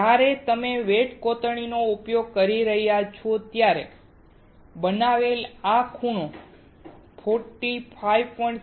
જ્યારે તમે વેટ કોતરણીનો ઉપયોગ કરી રહ્યા હો ત્યારે બનાવેલ આ ખૂણો 54